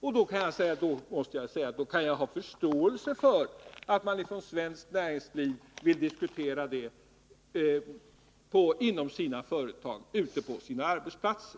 Och då måste jag säga att jag kan ha förståelse för att man från svenskt näringsliv vill diskutera detta inom sina företag, på sina arbetsplatser.